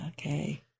okay